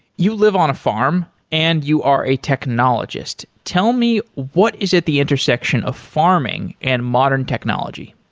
you live on a farm and you are a technologist. tell me what is at the intersection of farming and modern technology.